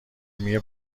علمی